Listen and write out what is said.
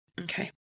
okay